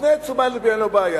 מפנה את תשומת לבי לבעיה.